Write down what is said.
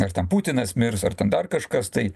ar ten putinas mirs ar ten dar kažkas tai